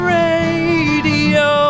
radio